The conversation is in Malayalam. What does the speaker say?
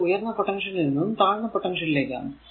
ഇത് ഉയർന്ന പൊട്ടൻഷ്യലിൽ നിന്നും താഴ്ന്ന പൊട്ടൻഷ്യലിലേക്കാണ്